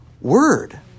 word